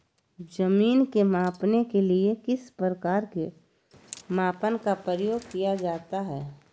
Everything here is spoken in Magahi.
जमीन के मापने के लिए किस प्रकार के मापन का प्रयोग किया जाता है?